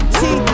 see